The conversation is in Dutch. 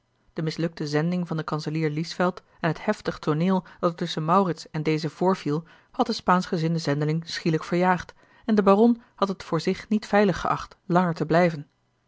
de mislukte zending van den kanselier liesveld en het heftig tooneel dat er tusschen maurits en dezen voorviel had den spaanschgezinden zendeling schielijk verjaagd en de baron had het voor zich niet veilig geacht langer te blijven